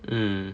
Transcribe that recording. mm